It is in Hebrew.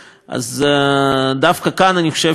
דווקא כאן אני חושב שכנסת ישראל,